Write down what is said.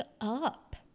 up